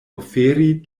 oferi